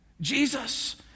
Jesus